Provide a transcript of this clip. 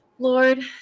Lord